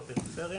לפריפריה,